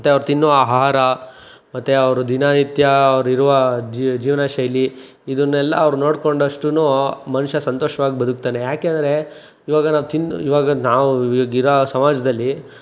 ಮತ್ತೆ ಅವರು ತಿನ್ನುವ ಆಹಾರ ಮತ್ತೆ ಅವರು ದಿನನಿತ್ಯ ಅವರು ಇರುವ ಜೀವನ ಶೈಲಿ ಇದನ್ನೆಲ್ಲ ಅವರು ನೋಡ್ಕೊಂಡಷ್ಟು ಮನುಷ್ಯ ಸಂತೋಷವಾಗಿ ಬದುಕುತ್ತಾನೆ ಏಕೆಂದರೆ ಈವಾಗ ನಾವು ತಿಂದು ಈವಾಗ ನಾವು ಈಗಿರೋ ಸಮಾಜದಲ್ಲಿ